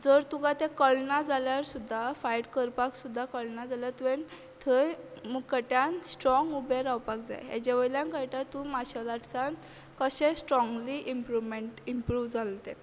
जर तुकां तें कळना जाल्यार सुद्दां फायट करपाक सुद्दां कळना जाल्यार तुवें थंय मुखाट्यान स्ट्रोंग उबें रावपाक जाय हेजे वयल्यान कळटा तूं मार्शल आर्टसान कशें स्ट्रोगली इंमप्रुमेंट इंमप्रु जाला तें